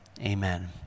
amen